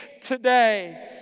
today